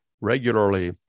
regularly